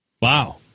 Wow